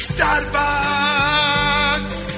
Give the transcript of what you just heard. Starbucks